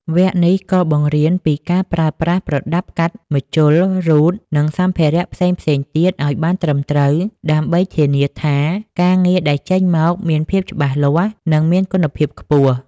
វគ្គនេះក៏បង្រៀនពីការប្រើប្រាស់ប្រដាប់កាត់ ម្ជុល រ៉ូត និងសម្ភារៈផ្សេងៗទៀតឱ្យបានត្រឹមត្រូវ ដើម្បីធានាថាការងារដែលចេញមកមានភាពច្បាស់លាស់ និងមានគុណភាពខ្ពស់។